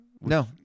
No